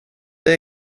det